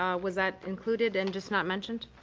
um was that included and just not mentioned?